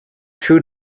two